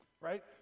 right